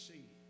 see